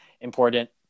important